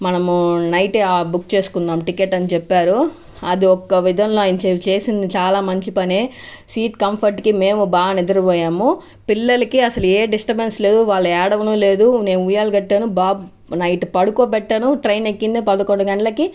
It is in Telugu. మనము నైట్ బుక్ చేసుకుందాం టికెట్ అని చెప్పారు అది ఒక్క విధంగా ఆయన చేసింది చాలా మంచి పనే సీట్ కంఫర్ట్ కి మేము బాగా నిద్రపోయాము పిల్లలకి అసలు ఏ డిస్టర్బెన్స్ లేవు వాళ్లు ఏడవను లేదు నేను ఉయ్యాలు కట్టాను బాబు నైట్ పడుకోబెట్టాను ట్రైన్ ఎక్కిందే పదకొండు గంటలకి